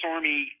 Army